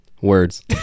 Words